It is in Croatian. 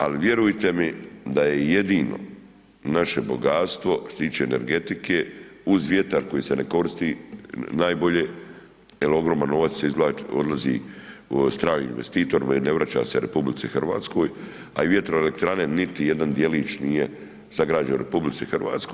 Ali vjerujte mi da je jedino naše bogatstvo što se tiče energetike uz vjetar koji se ne koristi najbolje, jer ogroman novac odlazi stranim investitorima i ne vraća se RH a i vjetroelektrane niti jedan djelić nije sagrađen u RH.